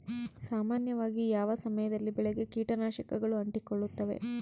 ಸಾಮಾನ್ಯವಾಗಿ ಯಾವ ಸಮಯದಲ್ಲಿ ಬೆಳೆಗೆ ಕೇಟನಾಶಕಗಳು ಅಂಟಿಕೊಳ್ಳುತ್ತವೆ?